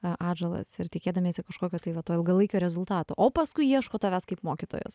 a atžalas ir tikėdamiesi kažkokio tai va to ilgalaikio rezultato o paskui ieško tavęs kaip mokytojos